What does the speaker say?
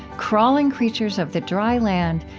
crawling creatures of the dry land,